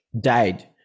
died